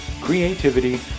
creativity